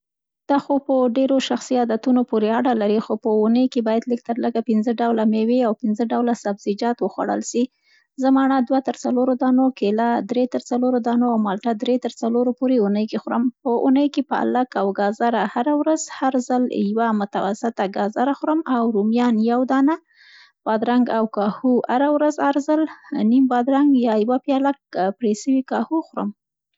دا خو په ډېرو شخصي عادتونو پورې اړه لري، خو په یوه اوونۍ کې باید لږ تر لږه پنځه ډوله مېوې او پنځه ډوله سبزیجات وخوړل سي. زه مڼه، دو تر څلورو دانو، کیله درې تر څلور دانو او مالټه دری تر څلورو پورې اوونۍ کې خورم. په اوونۍ کې پالک، او گازرې هره ورځ، هر ځل یوه متوسط ګازره خورم او رومیان یو دانه، بادرن او کاهو هره ورځ یو ځل، نیم بادرنګ یا یوه پیاله پرې سوې کاهو خورم.